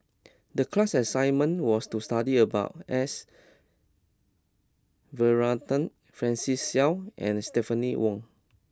the class assignment was to study about S Varathan Francis Seow and Stephanie Wong